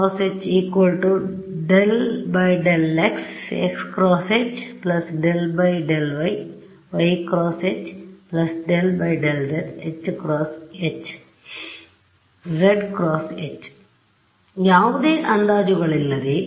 ∇× H ∂∂x xˆ × H ∂∂y yˆ × H ∂∂z zˆ × H ಯಾವುದೇ ಅಂದಾಜುಗಳಿಲ್ಲದೆ ಇದನ್ನು ಕೇವಲ ಪುನಃ ಬರೆಯುವುದು